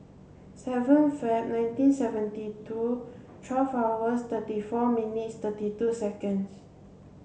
seven Feb nineteen seventy two twelve hours thirty four minutes thirty two seconds